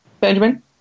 Benjamin